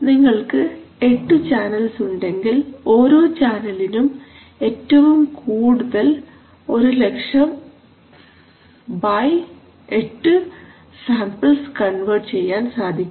നിങ്ങൾക്ക് എട്ടു ചാനൽസ് ഉണ്ടെങ്കിൽ ഒരോ ചാനലിനും ഏറ്റവും കൂടുതൽ 1000008 സാമ്പിൾസ് കൺവെർട്ട് ചെയ്യാൻ സാധിക്കും